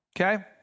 okay